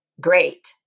great